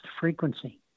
frequency